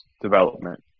development